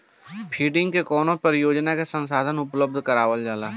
funding से कवनो परियोजना के संसाधन उपलब्ध करावल जाला